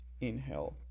inhale